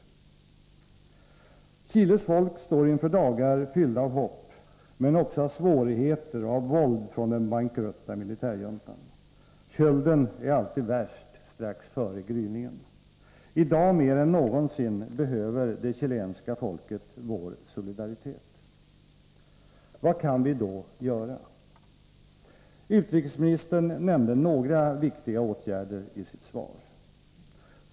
Chiles folk står inför dagar fyllda av hopp, men också av svårigheter och våld från den bankrutta militärjuntan. Kölden är alltid värst strax före gryningen. I dag mer än någonsin behöver det chilenska folket vår solidaritet! Vad kan vi då göra? Utrikesministern nämnde några viktiga åtgärder i sitt svar.